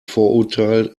vorurteil